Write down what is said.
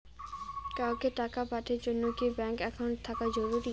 কাউকে টাকা পাঠের জন্যে কি ব্যাংক একাউন্ট থাকা জরুরি?